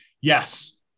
Yes